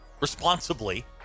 responsibly